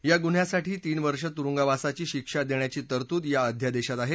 या गुन्ह्यासाठी तीन वर्षे तुरुंगवासाची शिक्षा देण्याची तरतूद या आध्यादेशात आहे